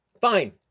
Fine